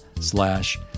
slash